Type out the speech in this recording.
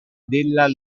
della